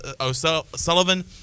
O'Sullivan